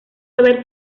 haber